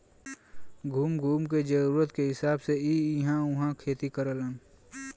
घूम घूम के जरूरत के हिसाब से इ इहां उहाँ खेती करेलन